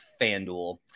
FanDuel